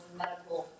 medical